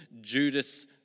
Judas